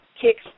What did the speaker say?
kicks